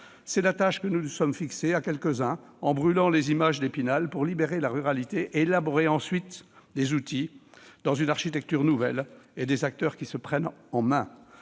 C'est la tâche que nous nous sommes fixée, à quelques-uns, en brûlant les images d'Épinal pour libérer la ruralité et élaborer ensuite des outils dans une architecture nouvelle permettant aux acteurs de se prendre en main.